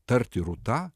tarti rūta